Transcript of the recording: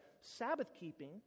Sabbath-keeping